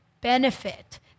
benefit